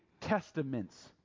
testaments